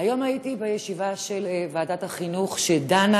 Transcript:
היום הייתי בישיבה של ועדת החינוך שדנה